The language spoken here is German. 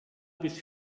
bis